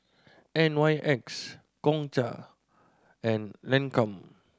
N Y X Gongcha and Lancome